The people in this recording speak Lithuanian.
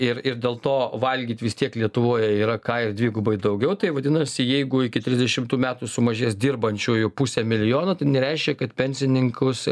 ir ir dėl to valgyt vis tiek lietuvoje yra ką ir dvigubai daugiau tai vadinasi jeigu iki trisdešimtų metų sumažės dirbančiųjų puse milijono tai nereiškia kad pensininkus